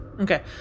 Okay